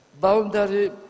Boundary